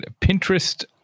Pinterest